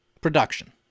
production